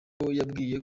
bakwiye